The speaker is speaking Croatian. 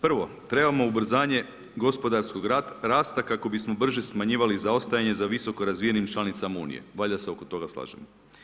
Prvo, trebamo ubrzanje gospodarskog rasta kako bismo brže smanjivali zaostajanje za visoko razvijenim članicama Unije, valjda se oko toga slažemo.